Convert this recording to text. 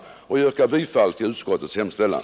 Jag yrkar bifall till utskottets hemställan.